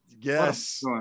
yes